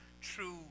true